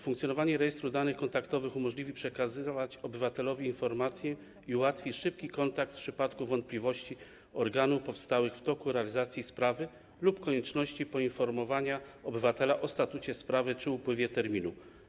Funkcjonowanie rejestru danych kontaktowych umożliwi przekazywanie obywatelowi informacji i ułatwi szybki kontakt w przypadku wątpliwości organów powstałych w toku realizacji sprawy lub konieczności poinformowania obywatela o statusie sprawy czy upływie terminu.